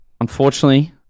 Unfortunately